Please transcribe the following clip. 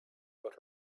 out